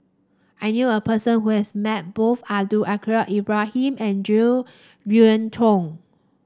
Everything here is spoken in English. I knew a person who has met both Abdul Kadir Ibrahim and Jo Yeun Thong